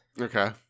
Okay